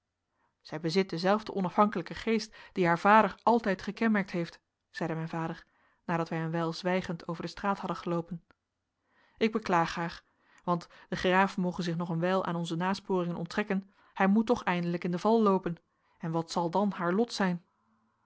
zij bezit denzelfden onafhankelijken geest die haar vader altijd gekenmerkt heeft zeide mijn vader nadat wij een wijl zwijgend over de straat hadden geloopen ik beklaag haar want de graaf moge zich nog een wijl aan onze nasporingen onttrekken hij moet toch eindelijk in de val loopen en wat zal dan haar lot zijn